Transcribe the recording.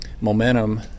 momentum –